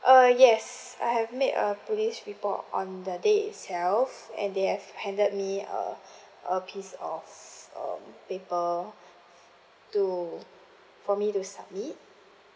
uh yes I have made a police report on the day itself and they have handed me a a piece of um paper to for me to submit